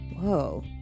Whoa